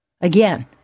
Again